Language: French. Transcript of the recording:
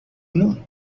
non